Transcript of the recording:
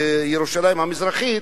בירושלים המזרחית,